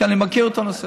כי אני מכיר את הנושא.